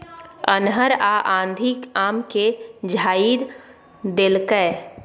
अन्हर आ आंधी आम के झाईर देलकैय?